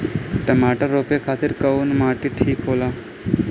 टमाटर रोपे खातीर कउन माटी ठीक होला?